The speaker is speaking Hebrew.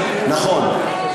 נכון.